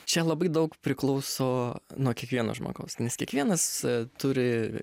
čia labai daug priklauso nuo kiekvieno žmogaus nes kiekvienas turi